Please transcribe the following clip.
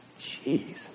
jeez